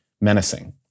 menacing